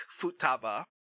Futaba